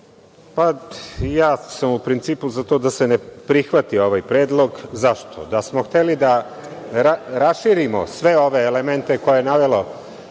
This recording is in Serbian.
pa, ja sam u principu za to da se ne prihvati ovaj predlog. Zašto? Da smo hteli da raširimo sve ove elemente koje je navelo